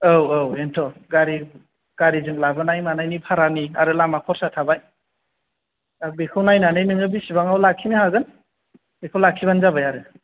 औ औ बेनोथ' गारि गारि जों लाबोनाय मानायनि भारानि आरो लामा खरसा थाबाय आरो बेखौ नायनानै नोङो बेसेबाङाव लाखिनो हागोन बेखौ लाखि बानो जाबाय आरो